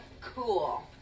cool